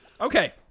Okay